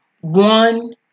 One